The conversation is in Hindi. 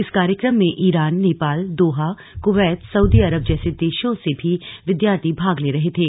इस कार्यक्रम में Iran Nepal Doha Kuwait Saudi Arab जैसे देशों से भी विद्यार्थी भाग ले रहे थे